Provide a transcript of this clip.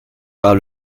par